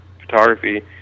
photography